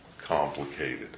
complicated